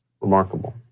Remarkable